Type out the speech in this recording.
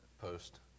post